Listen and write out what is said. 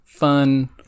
fun